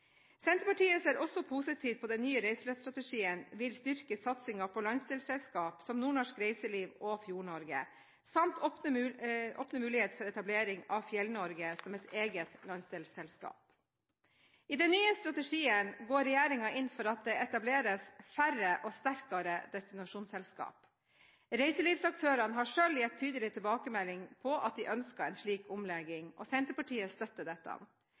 Senterpartiet ser også positivt på at den nye reiselivsstrategien vil styrke satsingen på landsdelsselskap, som NordNorsk Reiseliv og Fjord Norge, samt åpne for mulighet til etablering av Fjell Norge som eget landsdelsselskap. I den nye strategien går regjeringen inn for at det etableres færre og sterkere destinasjonsselskaper. Reiselivsaktørene har selv gitt tydelig tilbakemelding om at de ønsket en slik omlegging, og Senterpartiet støtter dette. I likhet med næringen selv mener vi dette